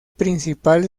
principal